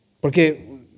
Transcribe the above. Porque